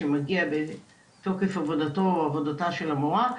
שמגיע מתוקף עבודתו או עבודתה של המורה.